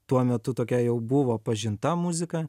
tuo metu tokia jau buvo pažinta muzika